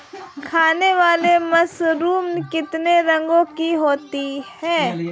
खाने वाली मशरूम कितने रंगों की होती है?